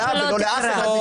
אבל הוא בזכות דיבור.